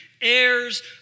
heirs